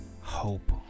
hope